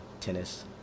tennis